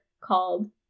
called